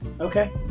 Okay